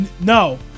No